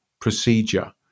procedure